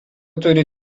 turi